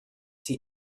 see